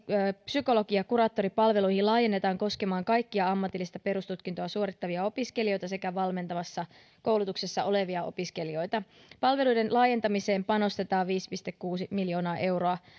psykologi ja kuraattoripalveluihin laajennetaan koskemaan kaikkia ammatillista perustutkintoa suorittavia opiskelijoita sekä valmentavassa koulutuksessa olevia opiskelijoita palveluiden laajentamiseen panostetaan viisi pilkku kuusi miljoonaa euroa